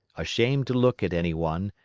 ashamed to look at any one,